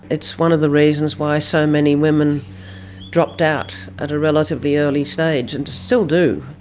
it's one of the reasons why so many women dropped out at a relatively early stage and still do.